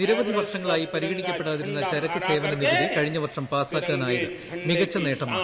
നിരവധി വർഷങ്ങളായി പരിഗണിക്കപ്പെടാതിരുന്ന ചരക്ക് സേവന നികുതി കഴിഞ്ഞ വർഷം പാസാക്കാനായത് മികച്ചു നേട്ടമാണ്